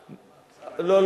לא,